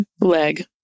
leg